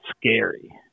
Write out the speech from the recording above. scary